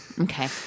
okay